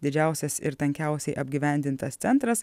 didžiausias ir tankiausiai apgyvendintas centras